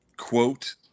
quote